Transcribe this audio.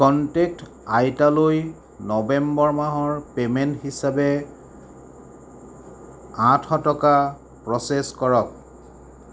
contact আইতালৈ November মাহৰ payment হিচাপে আঠশ টকা প্ৰচেছ কৰক